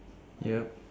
yup